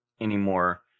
anymore